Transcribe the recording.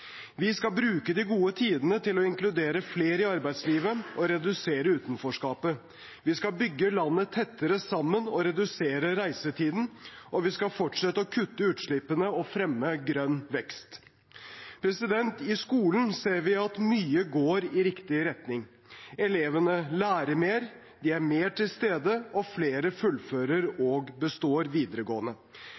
Vi skal bruke de gode tidene til å inkludere flere i arbeidslivet og redusere utenforskapet. Vi skal bygge landet tettere sammen og redusere reisetiden, og vi skal fortsette å kutte utslippene og fremme grønn vekst. I skolen ser vi at mye går i riktig retning. Elevene lærer mer, de er mer til stede, og flere fullfører og består videregående.